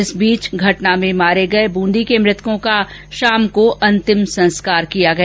इस बीच घटना में मारे गये बूंदी के मृतकों का शाम को अंतिम संस्कार किया गया